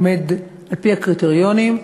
עומד בקריטריונים,